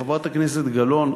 חברת הכנסת גלאון,